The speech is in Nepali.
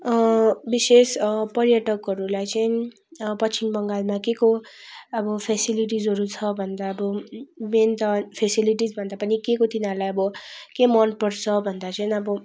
विशेष पर्यटकहरूलाई चाहिँ पश्चिम बङ्गालमा के को फेसिलिटिजहरू छ भन्दा अब मेन त फेसिलिटिज भन्दा पनि के को तिनीहरूलाई अब के मन पर्छ भन्दा चाहिँ अब